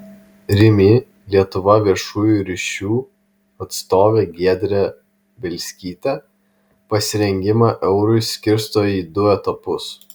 rimi lietuva viešųjų ryšių atstovė giedrė bielskytė pasirengimą eurui skirsto į du etapus